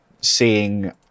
seeing